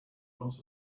not